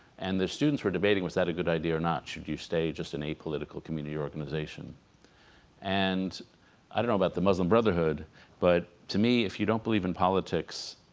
and their students were debating was that a good idea or not should you stay just in a political community or organization and i don't know about the muslim brotherhood but to me if you don't believe in politics